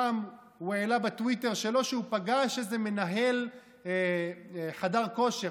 פעם הוא העלה בטוויטר שלו שהוא פגש איזה מנהל חדר כושר,